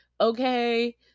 Okay